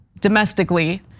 domestically